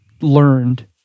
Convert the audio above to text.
learned